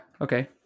okay